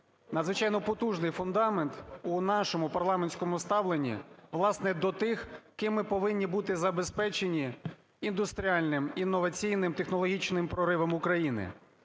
надзвичайно потужний фундамент у нашому парламентському ставленні, власне, до тих, ким ми повинні бути забезпечені індустріальним, інноваційним, технологічним проривом України.